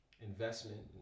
investment